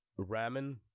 ramen